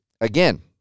again